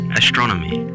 astronomy